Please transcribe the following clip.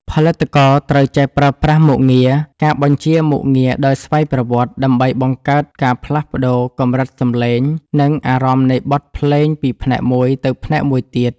ផលិតករត្រូវចេះប្រើប្រាស់មុខងារ ការបញ្ជាមុខងារដោយស្វ័យប្រវត្តិ ដើម្បីបង្កើតការផ្លាស់ប្តូរកម្រិតសំឡេង និងអារម្មណ៍នៃបទភ្លេងពីផ្នែកមួយទៅផ្នែកមួយទៀត។